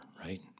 right